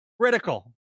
critical